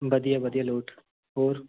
ਵਧੀਆ ਵਧੀਆ ਲੋਟ ਹੋਰ